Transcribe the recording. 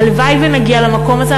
הלוואי שנגיע למקום הזה.